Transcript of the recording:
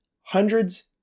hundreds